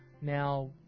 now